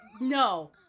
No